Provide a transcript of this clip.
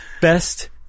best